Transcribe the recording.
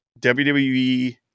WWE